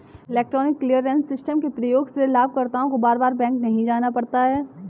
electronic clearance system के प्रयोग से लाभकर्ता को बार बार बैंक नहीं जाना पड़ता है